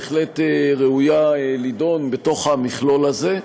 בהחלט ראויה להידון בתוך המכלול הזה.